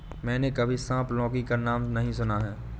मैंने कभी सांप लौकी का नाम नहीं सुना है